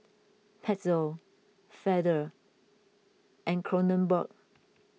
Pezzo Feather and Kronenbourg